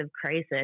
crisis